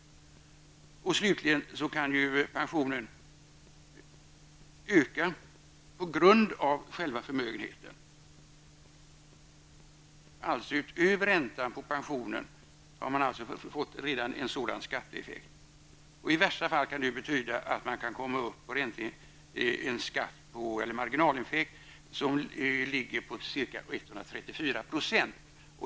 För det femte kan skatten på pensionen öka på grund av själva förmögenheten, alltså utöver att räntan på pensionen redan givit en sådan skatteeffekt. I värsta fall kan detta betyda att man får en marginaleffekt på ca 134 %.